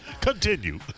Continue